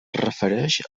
refereix